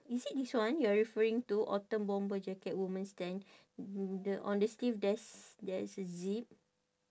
is it this one you're referring to autumn bomber jacket woman stand the on the sleeve there's there's a zip